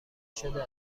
شده